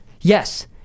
Yes